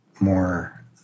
more